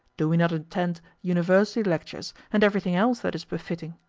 do we not attend university lectures and everything else that is befitting?